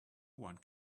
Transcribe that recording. one